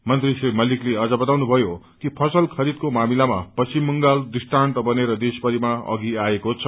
मन्त्री श्री मल्तिकले अझ बताउनुथयो कि फसल खरीदको मामिलामा पश्चिम बंगाल दृष्तान्त बनेर देशभरिमा अघि आएको छ